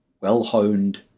well-honed